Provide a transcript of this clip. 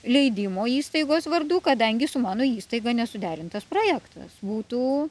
leidimo įstaigos vardu kadangi su mano įstaiga nesuderintas projektas būtų